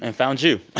and found you.